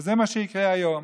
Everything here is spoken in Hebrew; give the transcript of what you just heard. זה מה שיקרה היום.